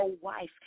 wife